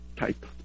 type